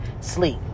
sleep